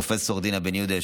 עם פרופ' דינה בן יהודה,